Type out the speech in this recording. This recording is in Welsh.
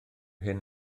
hyn